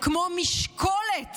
כמו משקולת